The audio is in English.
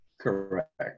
Correct